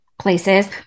places